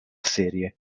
serie